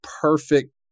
perfect